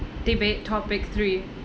debate topic three